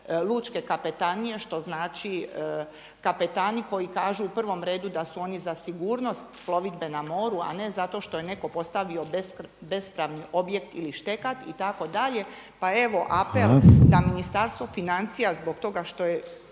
lučke kapetanije što znači kapetani koji kažu u prvom redu da su oni za sigurnost plovidbe na moru, a ne zato što je netko postavio bespravni objekt ili štekat itd. …/Upadica Reiner: Hvala./… Pa evo apel da Ministarstvo financija zbog toga što smo